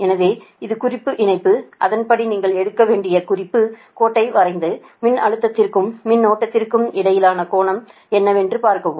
எனவே இது குறிப்பு இணைப்பு அதன்படி நீங்கள் எடுக்க வேண்டிய குறிப்பு கோட்டை வரைந்து மின்னழுத்தத்திற்கும் மின்னோட்டத்திற்கும் இடையிலான கோணம் என்னவென்று பார்க்கவும்